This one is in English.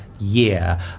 year